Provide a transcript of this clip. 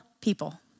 people